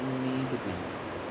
आनी कितें